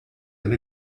and